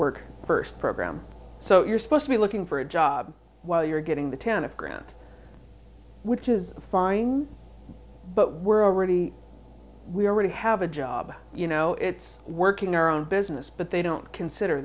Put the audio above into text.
work first program so you're supposed to be looking for a job while you're getting the tennis grant which is fine but we're already we already have a job you know it's working our own business but they don't consider